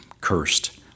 cursed